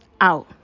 out